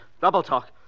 double-talk